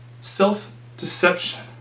self-deception